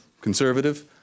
conservative